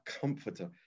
comforter